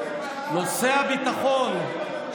נושא הביטחון.